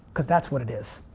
cause that's what it is.